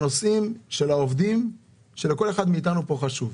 לגבי העובדים שלכל אחד מאיתנו הם חשובים,